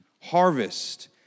harvest